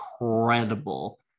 incredible